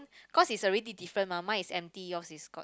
cause is already different mah mine is empty yours is